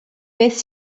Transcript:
beth